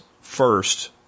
first